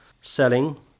selling